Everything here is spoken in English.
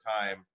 time